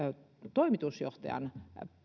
toimitusjohtajan